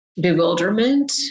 bewilderment